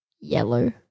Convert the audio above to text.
yellow